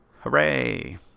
Hooray